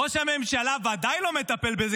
ראש הממשלה ודאי לא מטפל בזה,